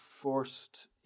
first